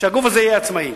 שהגוף הזה יהיה עצמאי.